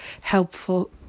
helpful